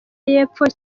y’epfo